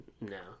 no